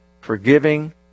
forgiving